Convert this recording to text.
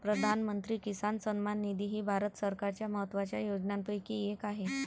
प्रधानमंत्री किसान सन्मान निधी ही भारत सरकारच्या महत्वाच्या योजनांपैकी एक आहे